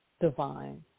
divine